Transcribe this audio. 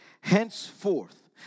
Henceforth